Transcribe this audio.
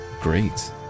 great